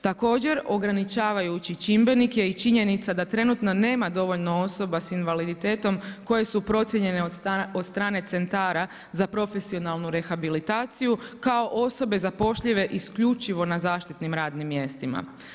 Također, ograničavajući čimbenik je i činjenica da trenutno nema dovoljno osoba s invaliditetom koje su procijenjene od strane centara za profesionalnu rehabilitaciju kao osobe zapošljive isključivo na zaštitnim radnim mjestima.